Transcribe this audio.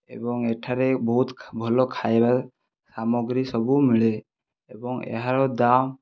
ଏବଂ ଏଠାରେ ବହୁତ ଭଲ ଖାଇବା ସାମଗ୍ରୀ ସବୁ ମିଳେ ଏବଂ ଏହାର ଦାମ